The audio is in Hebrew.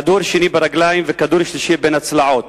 כדור שני ברגליים וכדור שלישי בין הצלעות.